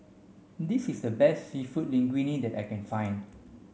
this is the best Seafood Linguine that I can find